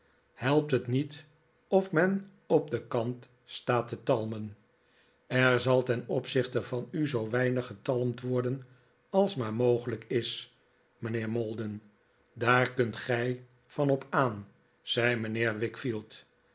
helpt het niet of men op den kant staat te talmen er zal ten opzichte van u zoo weinig getalmd worden als maar mogelijk is mijnheer maldon daar kunt gij van op aan zei mijnheer